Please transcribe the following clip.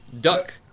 Duck